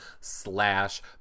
slash